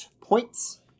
points